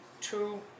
two